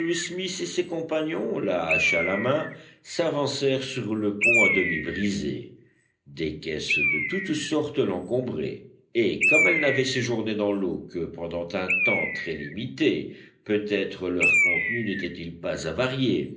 et ses compagnons la hache à la main s'avancèrent sur le pont à demi brisé des caisses de toutes sortes l'encombraient et comme elles n'avaient séjourné dans l'eau que pendant un temps très limité peut-être leur contenu n'était-il pas avarié